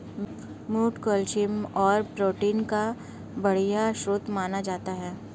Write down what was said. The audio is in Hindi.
मोठ कैल्शियम और प्रोटीन का बढ़िया स्रोत माना जाता है